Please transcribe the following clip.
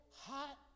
hot